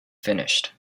finished